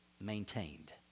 maintained